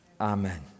Amen